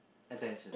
attention